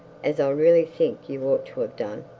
as i really think you ought to have done,